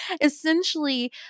essentially